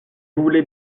voulez